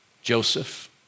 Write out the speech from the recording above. Joseph